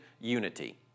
unity